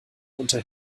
unter